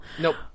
Nope